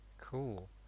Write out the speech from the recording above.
cool